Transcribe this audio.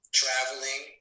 traveling